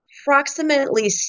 approximately